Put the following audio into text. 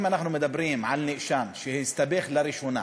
אם אנחנו מדברים על נאשם שהסתבך לראשונה,